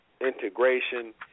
integration